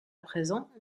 présent